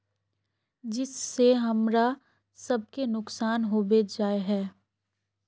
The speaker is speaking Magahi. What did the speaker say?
जिस से हमरा सब के नुकसान होबे जाय है?